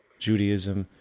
judaism,